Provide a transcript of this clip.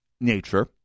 nature